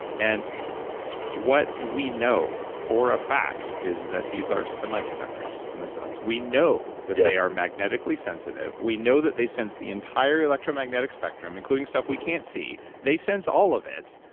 and what we know, for a fact, is that these are semiconductors in the cells. we know that they are magnetically sensitive. we know that they sense the entire electromagnetic spectrum, including stuff we can't see. they sense all of it,